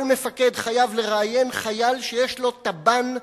כל מפקד חייב לראיין חייל שיש לו תב"ן,